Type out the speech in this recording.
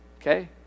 Okay